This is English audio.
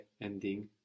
ending